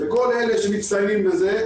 וכל אלה שמצטיינים בזה,